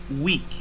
week